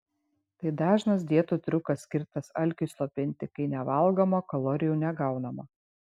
tai dažnas dietų triukas skirtas alkiui slopinti kai nevalgoma kalorijų negaunama